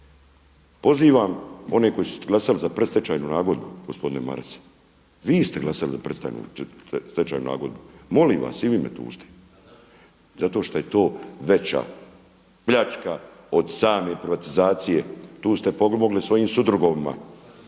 Pozivam one koji su glasali za predstečajnu nagodbu gospodine Maras, vi ste glasali za predstečajnu nagodbu. Molim vas i vi me tužite, svi vi me tužite. …/Upadica iz klupe, ne čuje se./… Zato što je to veća pljačka od same privatizacije, tu ste pomogli svojim sudrugovima,